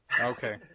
Okay